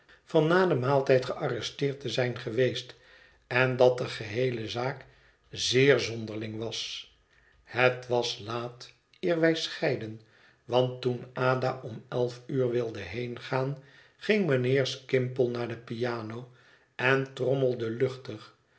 van na den maaltijd gearresteerd te zijn geweest en dat de geheele zaak zeer zonderling was het was laat eer wij scheidden want toen ada om elf uur wilde heengaan ging mijnheer skimpole naar de piano en trommelde luchtig